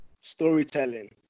storytelling